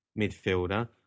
midfielder